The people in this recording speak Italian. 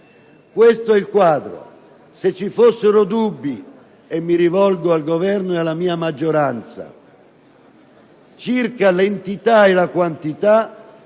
Questo è il quadro. Se vi fossero dubbi - e mi rivolgo al Governo e alla mia maggioranza - circa l'entità e la quantità,